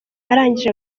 arangije